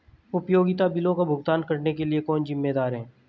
उपयोगिता बिलों का भुगतान करने के लिए कौन जिम्मेदार है?